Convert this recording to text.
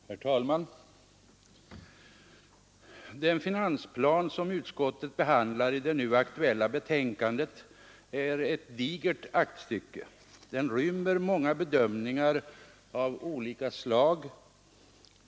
Herr talman! Den finansplan som utskottet behandlar i det nu aktuella betänkandet är ett digert aktstycke. Den rymmer många bedömningar av olika slag.